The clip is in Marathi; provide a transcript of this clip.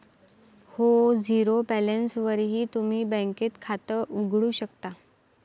हो, झिरो बॅलन्सवरही तुम्ही बँकेत खातं उघडू शकता